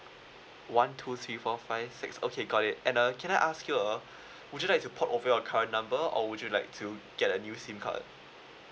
one two three four five six okay got it and uh can I ask you ah would you like to port over your current number or would you like to get a new SIM card